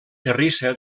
terrissa